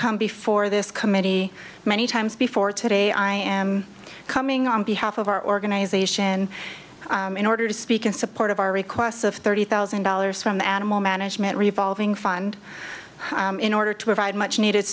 come before this committee many times before today i am coming on behalf of our organization in order to speak in support of our requests of thirty thousand dollars from the animal management revolving fund in order to provide much needed